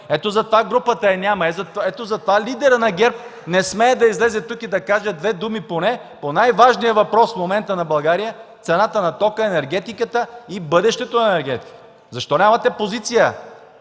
Ето за това групата я няма. Ето за това лидерът на ГЕРБ не смее да излезе тук и да каже поне две думи по най-важния въпрос в момента на България – цената на тока, енергетиката и бъдещето на енергетиката. Защо нямате позиция,